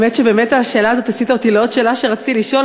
האמת שבאמת השאלה הזאת הסיטה אותי לעוד שאלה שרציתי לשאול,